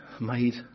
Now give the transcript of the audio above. made